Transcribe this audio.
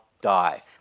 die